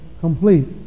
complete